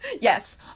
yes